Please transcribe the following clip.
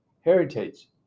Heritage